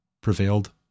prevailed